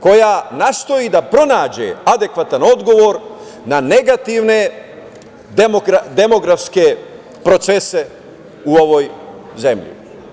koja nastoji da pronađe adekvatan odgovor na negativne demografske procese u ovoj zemlji.